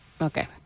Okay